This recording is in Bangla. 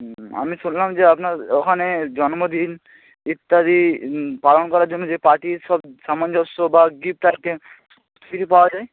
হুম আমি শুনলাম যে আপনার ওখানে জন্মদিন ইত্যাদি পালন করার জন্য যে পার্টির সব সামঞ্জস্য বা গিফট আইটেম কী কী পাওয়া যায়